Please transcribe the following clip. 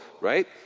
right